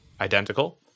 identical